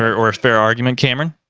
or or a fair argument. cameron?